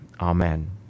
Amen